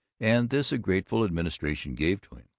and this a grateful administration gave to him.